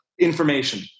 information